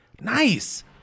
Nice